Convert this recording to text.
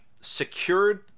secured